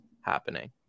happening